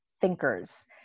thinkers